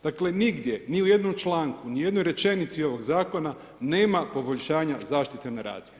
Dakle, nigdje, ni u jednom članku, ni u jednoj rečenici ovog zakona nema poboljšanja zaštite nadu.